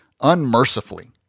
unmercifully